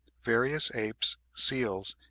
various apes, seals,